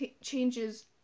changes